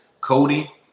Cody